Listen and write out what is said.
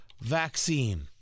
vaccine